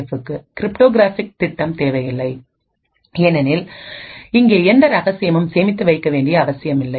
எஃப்புக்கு cryptographic திட்டம் தேவையில்லை ஏனெனில் இங்கே எந்த ரகசியமும் சேமித்து வைக்க வேண்டிய அவசியமில்லை